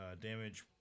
Damage